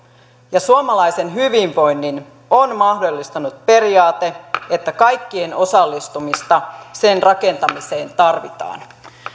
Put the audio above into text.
suomalaisen hyvinvoinnin on mahdollistanut periaate että kaikkien osallistumista sen rakentamiseen tarvitaan